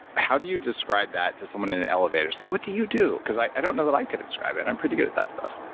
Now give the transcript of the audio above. how do you describe that to someone in an elevator? it's like, what do you do? because i don't know that i could describe it. i'm pretty good at that stuff.